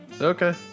okay